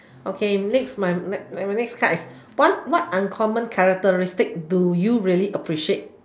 okay next my my my next card is what uncommon characteristics do you really appreciate